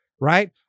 right